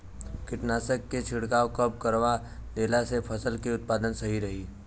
कीटनाशक के छिड़काव कब करवा देला से फसल के उत्पादन सही रही?